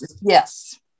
Yes